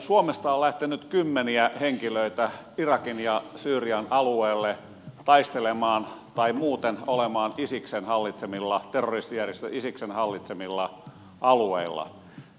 suomesta on lähtenyt kymmeniä henkilöitä irakin ja syyrian alueelle taistelemaan tai muuten olemaan terroristijärjestö isiksen hallitsemilla alueilla